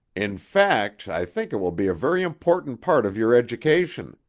in fact, i think it will be a very important part of your education.